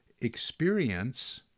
Experience